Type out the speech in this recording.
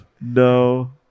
No